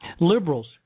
Liberals